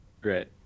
Great